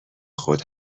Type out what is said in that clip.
خود